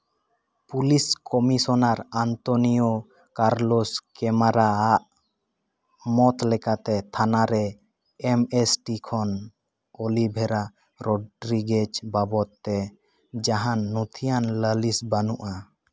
police commissioner Antonio Carlos Cameron ᱟᱜ ᱢᱚᱛ ᱞᱮᱠᱟᱛᱮ ᱛᱷᱟᱱᱟᱨᱮ ᱮᱢ ᱮᱥ ᱴᱤ ᱠᱷᱚᱱ ᱚᱞᱤᱵᱷᱮᱨᱟ ᱨᱚᱰᱨᱤᱜᱮᱡᱽ ᱵᱟᱵᱚᱫ ᱛᱮ ᱡᱟᱦᱟᱱ ᱱᱩᱛᱷᱤᱭᱟᱱ ᱞᱟᱹᱞᱤᱥ ᱵᱟᱹᱱᱩᱜᱼᱟ